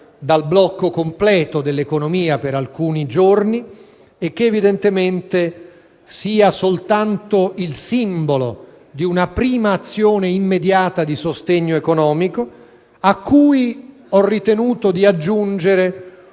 dal blocco completo dell'economia per alcuni giorni. Si tratta soltanto di un simbolo, di una prima azione immediata di sostegno economico, a cui ho ritenuto di aggiungere